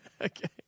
Okay